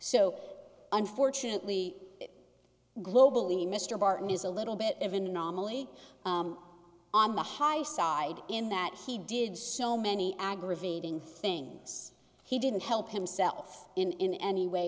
so unfortunately globally mr barton is a little bit of an anomaly on the high side in that he did so many aggravating things he didn't help himself in any way